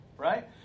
right